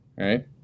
right